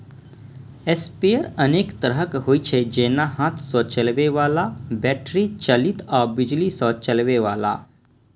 sprayer अनेक तरहक होइ छै, जेना हाथ सं चलबै बला, बैटरी चालित आ बिजली सं चलै बला